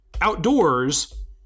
outdoors